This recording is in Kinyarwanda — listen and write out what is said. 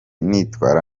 nitwara